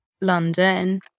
London